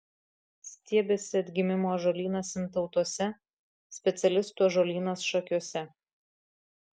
stiebiasi atgimimo ąžuolynas sintautuose specialistų ąžuolynas šakiuose